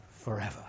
forever